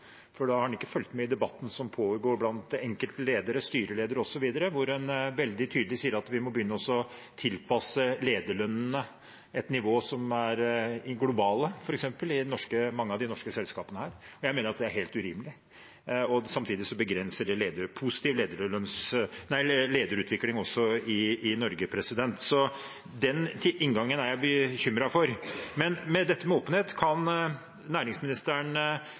for da har man ikke fulgt med i debatten som pågår blant enkelte ledere, styreledere osv., hvor en veldig tydelig sier at vi må begynne å tilpasse lederlønnene til et globalt nivå, f.eks., i mange av de norske selskapene her. Jeg mener at det er helt urimelig, og samtidig begrenser det positiv lederutvikling også i Norge. Så den inngangen er jeg bekymret for. Men til dette med åpenhet: Kan næringsministeren